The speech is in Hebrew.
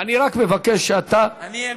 אני רק מבקש שאתה, אני מכבד.